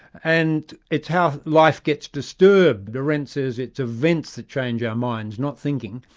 and it's how life gets disturbed. arendt says it's events that change our minds, not thinking.